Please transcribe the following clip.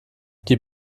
die